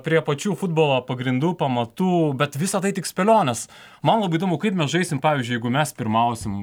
prie pačių futbolo pagrindų pamatų bet visa tai tik spėlionės man labai įdomu kaip mes žaisim pavyzdžiui jeigu mes pirmausim